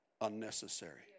unnecessary